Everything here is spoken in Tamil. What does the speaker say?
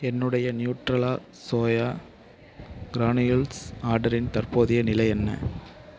என்னுடைய நியூட்ரெலா சோயா கிரானியூல்ஸ் ஆர்டரின் தற்போதைய நிலை என்ன